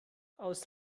aus